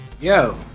Yo